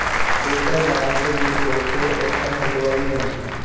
एकर दाल के भीगा के ओकर हलुआ भी बनेला